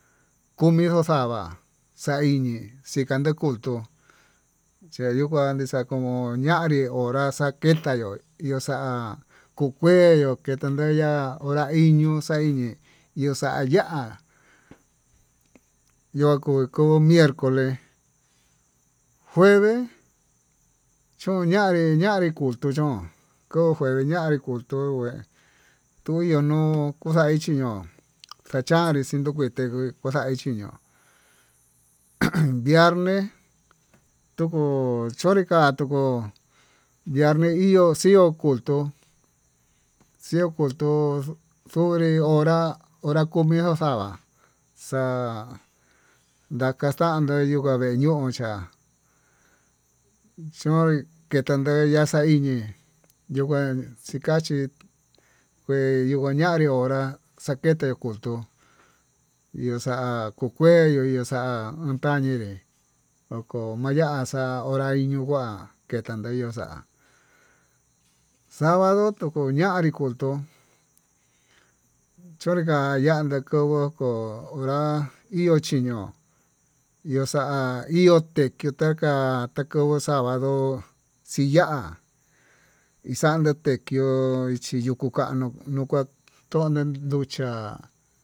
Komindo xa'va, xaini xikanan kutu kañii kuannii xa'ko ña'a nrí hora xaketa yo'ó iho xa'a kuu kunró, ketondeya hora iño'o xainí yo'o xa'a ya'á yo'o kuu ko'o miercoles jueves chun ñanré ñanré kutuu chón koto ni ñanré kotuu ngué tuu yuu no'o kuxai chiñón xechanri kunuu kuen ndeke koxaí chiño'o uun viernes tukuu unrika'a tukuu viernes iho xio kuu xio kutuu xonré hora, hora komi ndo'o xa'a va xa'a ndakaxan yuka vee ñoo xhia xhoi kitanduva va'a xa'a iñii yuu kuen xikachí kué yukañanrí honrá xa'a kete kutuu iho xa'a kuu kueyuu ihu xa'a antaye oko ayaxa'a hora ahi yuu kua atandeyuu kuá, sabado tukuu ñandii tukuu chonrika yandii tuku ko'o hora iho chiño'o iho xa'a iho tikitaká ha tukuu sabado xiyá ixande tequio chí yuku kanuu tukua tonan nduchiá.